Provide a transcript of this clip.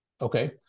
Okay